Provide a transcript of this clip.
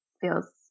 feels